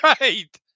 Right